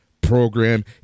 program